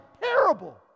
terrible